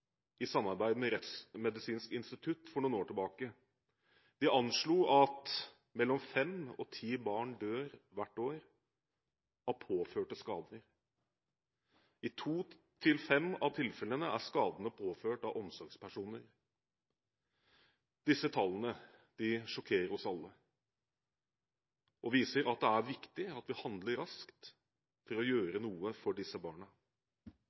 i samarbeid med Rettsmedisinsk institutt for noen år siden. De anslo at mellom fem og ti barn dør hvert år av påførte skader. I to til fem av tilfellene er skadene påført av omsorgspersoner. Disse tallene sjokkerer oss alle, og viser at det er viktig at vi handler raskt for å gjøre noe for disse barna.